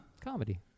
Comedy